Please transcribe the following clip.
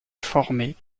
formée